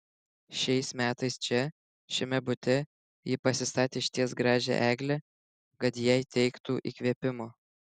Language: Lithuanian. šiais metais čia šiame bute ji pasistatė išties gražią eglę kad jai teiktų įkvėpimo